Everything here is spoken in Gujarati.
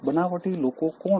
બનાવટી લોકો કોણ છે